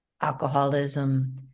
alcoholism